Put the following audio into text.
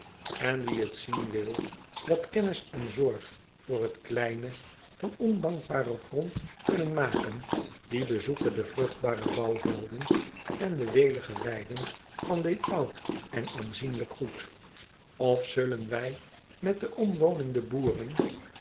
en wie het zien wil wat kennis en zorg voor het kleine van ondankbaren grond kunnen maken die bezoeke de vruchtbare bouwvelden en de welige weiden van dit oud en aanzienlijk goed f zullen wij met de omwonende boeren